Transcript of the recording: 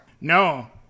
No